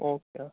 okay